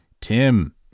Tim